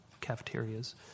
cafeterias